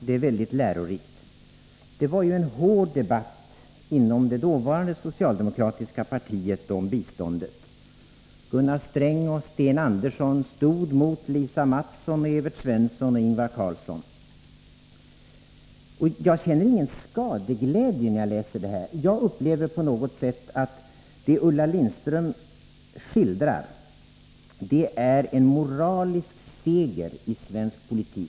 Det är väldigt lärorikt. Det var en hård debatt inom det dåvarande socialdemokratiska partiet om biståndet. Gunnar Sträng och Sten Andersson stod mot Lisa Mattson, Evert Svensson och Ingvar Carlsson. Jag känner ingen skadeglädje när jag läser det här. Jag upplever på något sätt att det Ulla Lindström skildrar är en moralisk seger i svensk politik.